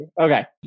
Okay